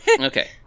Okay